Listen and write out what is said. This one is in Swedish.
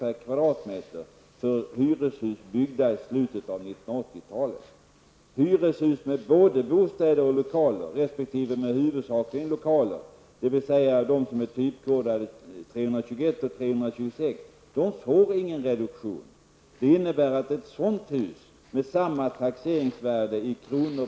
per kvadratmeter för hyreshus byggda i slutet av 1980-talet. med huvudsakligen lokaler, dvs. de som är typkodade 321 och 325 får ingen reduktion. Det innebär att ett sådant hus, med samma taxeringsvärde i kr.